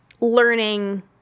learning